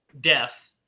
death